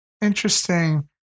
interesting